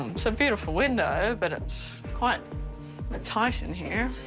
um it's a beautiful window, but it's quite tight in here.